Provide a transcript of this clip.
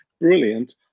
Brilliant